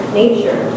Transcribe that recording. nature